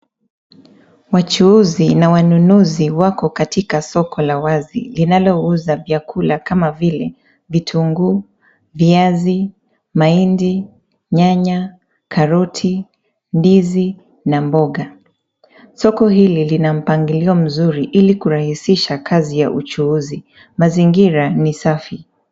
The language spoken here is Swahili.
Wachuuzi na wanunuzi wako katika soko la wazi linalouza vyakula kama vile vitunguu, viazi, mahindi, nyanya, karoti, ndizi na mboga. Soko hili lina mpangilio mzuri ili kurahisisha kazi ya uchuuzi. Mazingira ni safi.